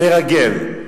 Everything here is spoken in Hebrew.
לרגל,